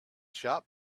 shop